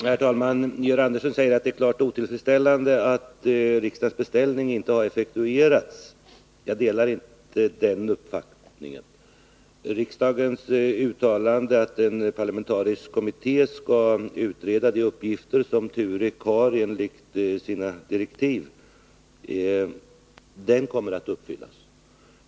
Herr talman! Georg Andersson säger att det är klart otillfredsställande att riksdagens beställning inte har effektuerats. Jag delar inte den uppfattningen. Riksdagens uttalande att en parlamentarisk kommitté skall utreda de uppgifter som TUREK har enligt sina direktiv kommer att fullföljas.